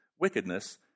wickedness